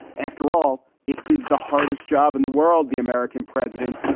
after all, it is the hardest job in the world. the american president.